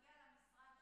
כי זה נוגע למשרד שלך,